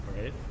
right